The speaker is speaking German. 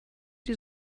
die